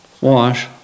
wash